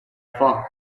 far